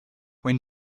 when